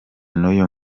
n’uyu